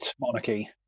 monarchy